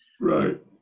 right